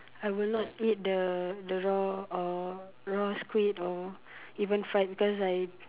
I would not eat the the raw uh raw squid or even fried because I